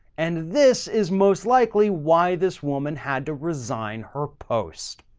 and this is most likely why this woman had to resign her post.